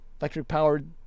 electric-powered